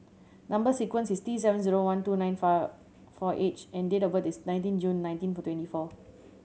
number sequence is T seven zero one two nine four H and date of birth is nineteen June nineteen twenty four